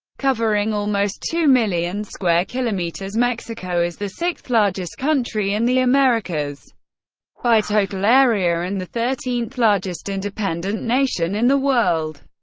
covering almost two million square kilometers, mexico is the sixth largest country in the americas by total area and the thirteenth largest independent nation in the world.